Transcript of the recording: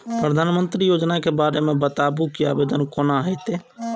प्रधानमंत्री योजना के बारे मे बताबु की आवेदन कोना हेतै?